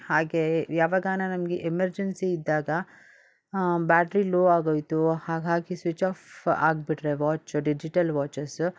ಹಾಗೇ ಯಾವಾಗಾನ ನಮಗೆ ಎಮರ್ಜೆನ್ಸಿ ಇದ್ದಾಗ ಬ್ಯಾಟ್ರಿ ಲೋ ಆಗೋಯಿತು ಹಾಗಾಗಿ ಸ್ವಿಚ್ ಆಫ್ ಆಗಿಬಿಟ್ರೆ ವಾಚ್ ಡಿಜಿಟಲ್ ವಾಚಸ್ಸ